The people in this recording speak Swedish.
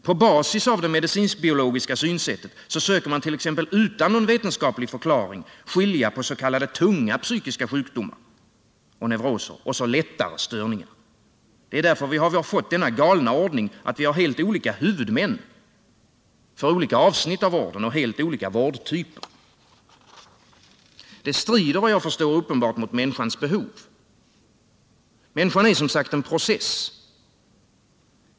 På basis av det medicinsk-biologiska synsättet söker man t.ex. utan någon vetenskaplig förklaring skilja på s.k. tunga psykiska sjukdomar och neuroser och lättare störningar. Därför har vi fått denna galna ordning att vi har helt olika huvudmän för olika avsnitt av vården och helt olika vårdtyper. Det strider, vad jag förstår, uppenbart mot människans behov. Människan är som sagt en process.